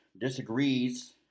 disagrees